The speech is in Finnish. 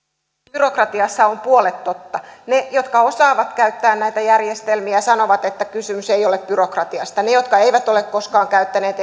byrok ratiassa on puolet totta ne jotka osaavat käyttää näitä järjestelmiä sanovat että kysymys ei ole byrokratiasta ne jotka eivät ole koskaan käyttäneet